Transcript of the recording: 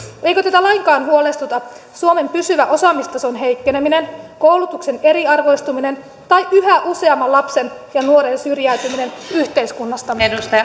eikö teitä lainkaan huolestuta suomen pysyvä osaamistason heikkeneminen koulutuksen eriarvoistuminen tai yhä useamman lapsen ja nuoren syrjäytyminen yhteiskunnasta